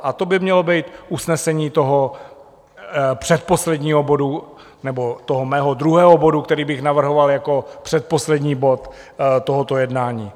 A to by mělo být usnesení toho předposledního bodu, nebo toho mého druhého bodu, který bych navrhoval jako předposlední bod tohoto jednání.